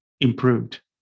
improved